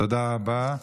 תודה רבה.